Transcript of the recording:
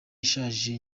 ishaje